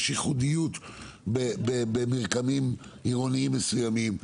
יש ייחודיות במרקמים עירוניים מסוימים,